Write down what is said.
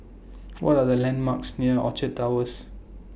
What Are The landmarks near Orchard Towers